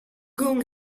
gong